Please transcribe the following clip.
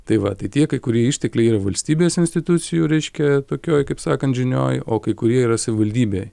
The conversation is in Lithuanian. tai va tai tie kai kurie ištekliai valstybės institucijų reiškia tokioj kaip sakant žinioj o kai kurie yra savivaldybėje